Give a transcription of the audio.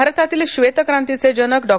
भारतातील श्वेत क्रांतीचे जनक डॉ